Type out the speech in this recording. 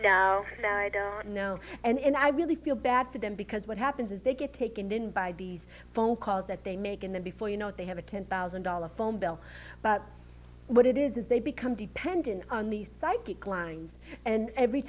know now i don't know and i really feel bad for them because what happens is they get taken in by these phone calls that they make and then before you know it they have a ten thousand dollars phone bill but what it is is they become dependent on the psychic lines and every